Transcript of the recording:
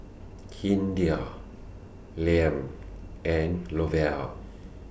Hideo Lem and Lavelle